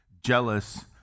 jealous